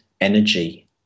energy